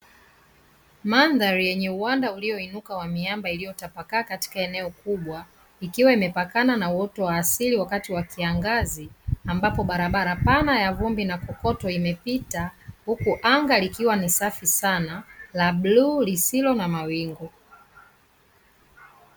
Mandhari yenye uwanda ulioinuka wa miamba iliyotapakaa katika eneo kubwa, ikiwa imepakana na uoto wa asili wakati wa kiangazi, ambapo barabara pana ya vumbi na kokoto imepita, huku anga likiwa ni safi sana la bluu lisilo na mawingu.